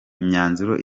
imyanzuro